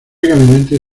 gabinete